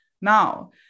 now